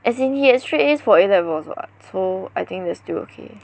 as in he has straight A's for A levels [what] so I think that's still okay